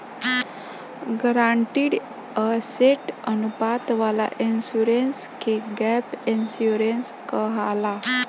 guaranteed asset अनुपात वाला insurance के गैप इंश्योरेंस कहाला